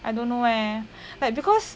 I don't know eh but because